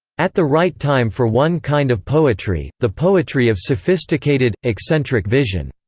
at the right time for one kind of poetry the poetry of sophisticated, eccentric vision.